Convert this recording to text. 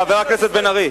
חבר הכנסת בן-ארי.